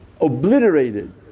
obliterated